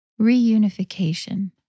reunification